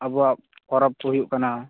ᱟᱵᱚᱣᱟᱜ ᱯᱚᱨᱚᱵᱽ ᱠᱚ ᱦᱩᱭᱩᱜ ᱠᱟᱱᱟ